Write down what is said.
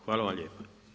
Hvala vam lijepa.